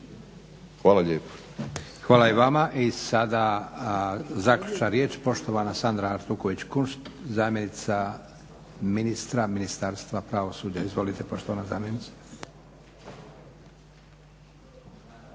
Hvala i vama. I sada zaključna riječ poštovana Sandra Artuković Kunšt, zamjenica ministra Ministarstva pravosuđa. Izvolite poštovana zamjenice.